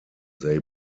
they